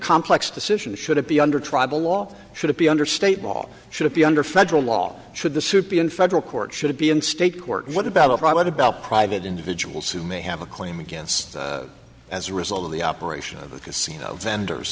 complex decision should it be under tribal law should it be under state law should it be under federal law should the suit be in federal court should it be in state court what about what about private individuals who may have a claim against as a result of the operation of the casino vendors